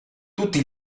tutti